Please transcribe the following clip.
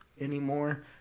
anymore